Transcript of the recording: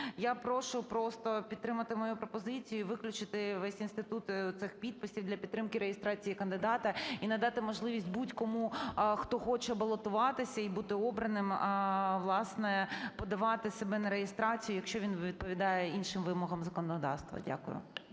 я прошу просто підтримати мою пропозицію і виключити весь інститут цих підписів для підтримки реєстрації кандидата і надати можливість будь-кому, хто хоче балотуватися і бути обраним, власне, подавати себе на реєстрацію, якщо він відповідає іншим вимогам законодавства. Дякую.